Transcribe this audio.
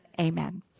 amen